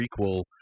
prequel